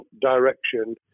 direction